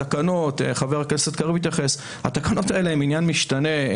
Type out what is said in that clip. התקנות חבר הכנסת קריב התייחס התקנות האלה הן עניין משתנה.